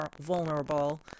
vulnerable